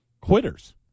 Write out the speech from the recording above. Quitters